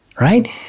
Right